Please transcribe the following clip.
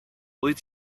wyt